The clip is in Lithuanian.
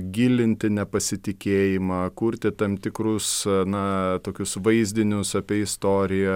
gilinti nepasitikėjimą kurti tam tikrus na tokius vaizdinius apie istoriją